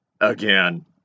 Again